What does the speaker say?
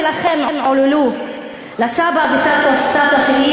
שסבאים וסבתות שלכם עוללו לסבא ולסבתא שלי,